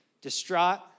distraught